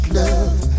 love